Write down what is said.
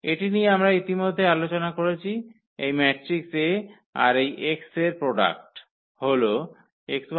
এটি নিয়ে আমরা ইতিমধ্যেই আলোচনা করেছি এই ম্যাট্রিক্স 𝐴 আর এই x এর প্রোডাক্ট হল